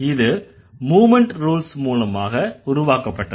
இது movement rules மூலமாக உருவாக்கப்பட்டது